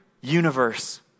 universe